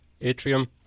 atrium